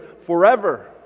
Forever